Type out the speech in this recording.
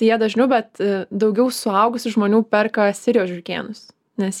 jie dažniau bet daugiau suaugusių žmonių perka sirijos žiurkėnus nes